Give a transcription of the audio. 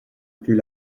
plus